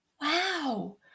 wow